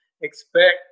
expect